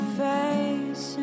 face